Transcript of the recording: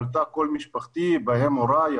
עלתה כל משפחתי בהם הוריי,